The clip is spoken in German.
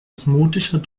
osmotischer